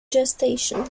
gestation